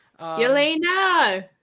Yelena